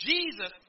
Jesus